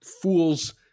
fool's